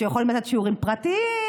שיכולות לתת שיעורים פרטיים,